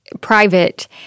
private